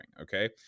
Okay